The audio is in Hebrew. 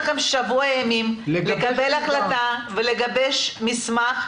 שבוע ימים לקבל החלטה ולגבש מסמך,